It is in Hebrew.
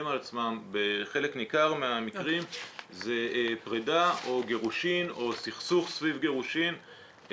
על עצמם בחלק ניכר מהמקרים זה פרידה או גירושים או סכסוך סביב גירושים,